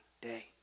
day